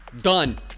Done